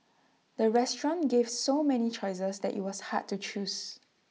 the restaurant gave so many choices that IT was hard to choose